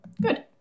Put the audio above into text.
Good